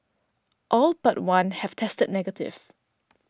all but one have tested negative